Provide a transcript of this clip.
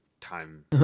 time